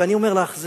ואני אומר לך,